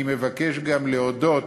אני מבקש גם להודות